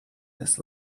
this